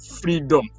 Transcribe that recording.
freedom